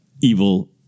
evil